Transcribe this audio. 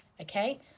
Okay